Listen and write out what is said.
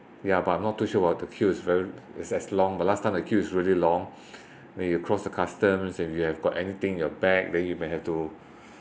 ya but I'm not too sure about the queue is very is as long the last time the queue is really long when you cross the customs if you have got anything in your bag then you may have to